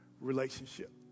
relationship